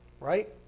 right